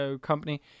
company